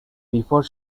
before